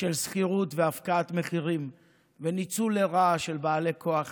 של שכירות והפקעת מחירים וניצול לרעה מצד בעלי הכוח